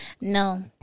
No